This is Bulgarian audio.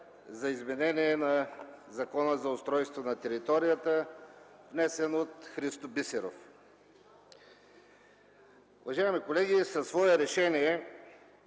за изменение на Закона за устройство на територията, внесен от Христо Бисеров. Уважаеми колеги, в свое Решение